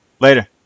Later